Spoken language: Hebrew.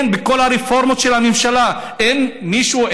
בכל הרפורמות של הממשלה אין מישהו,